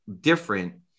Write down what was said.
different